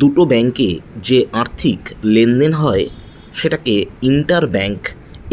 দুটো ব্যাঙ্কে যে আর্থিক লেনদেন হয় সেটাকে ইন্টার ব্যাঙ্ক